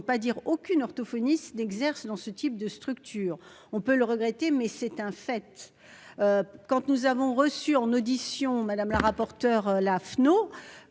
dire aucune orthophonistes n'exercent dans ce type de structure, on peut le regretter mais c'est un fait. Quand nous avons reçu en audition madame la rapporteure là